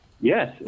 yes